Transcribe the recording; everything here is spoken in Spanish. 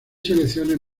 selecciones